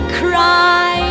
cry